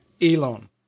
Elon